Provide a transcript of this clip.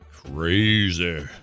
Crazy